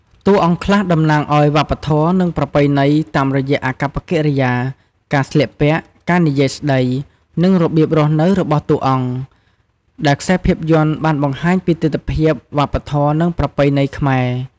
តួអង្គខ្លះតំណាងអោយវប្បធម៌ និងប្រពៃណីតាមរយៈអាកប្បកិរិយា ការស្លៀកពាក់ ការនិយាយស្ដី និងរបៀបរស់នៅរបស់តួអង្គ ដែរខ្សែភាពយន្តបានបង្ហាញពីទិដ្ឋភាព វប្បធម៌ និងប្រពៃណីខ្មែរ។